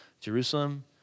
Jerusalem